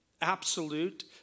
absolute